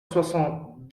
soixante